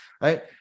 right